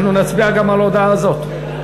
אנחנו נצביע גם על הודעה זו.